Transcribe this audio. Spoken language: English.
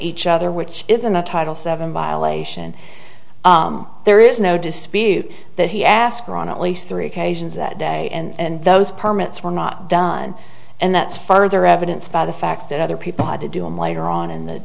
each other which isn't a title seven violation there is no dispute he asked around at least three occasions that day and those permits were not done and that's further evidence by the fact that other people had to do him later on in the